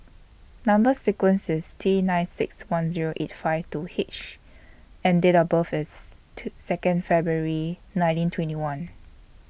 Number sequence IS T nine six one Zero eight five two H and Date of birth IS two Second February nineteen twenty one